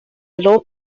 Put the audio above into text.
law